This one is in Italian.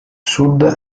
sud